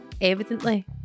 Evidently